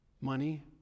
money